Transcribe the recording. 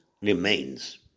remains